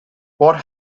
what